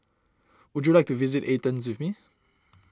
would you like to visit Athens with me